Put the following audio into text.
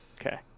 Okay